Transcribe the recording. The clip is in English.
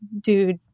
dude